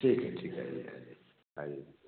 ठीक है ठीक है आईए आप आईए